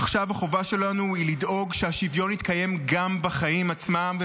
עכשיו החובה שלנו היא לדאוג שהשוויון יתקיים גם בחיים עצמם,